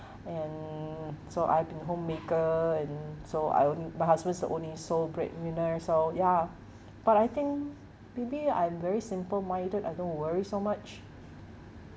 and so I've been homemaker and so I on~ my husband's the only sole breadwinner so ya but I think maybe I'm very simple minded I don't worry so much